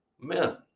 men